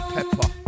Pepper